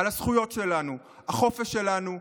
על הזכויות שלנו, החופש שלנו,